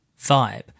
vibe